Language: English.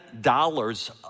dollars